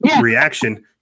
reaction